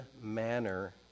manner